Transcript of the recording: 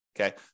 okay